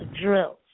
drills